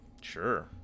Sure